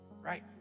right